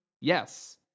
Yes